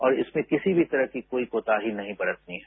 और इस पर किसी भी तरह का कोई कोताही नहीं बरतनी है